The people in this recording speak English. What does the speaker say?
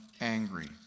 angry